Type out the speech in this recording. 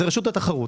זה רשות התחרות.